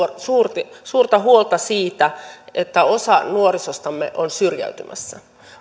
suurta suurta huolta siitä että osa nuorisostamme on syrjäytymässä